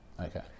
Okay